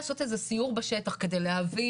כדאי לעשות איזה סיור בשטח כדי להבין.